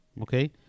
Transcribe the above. okay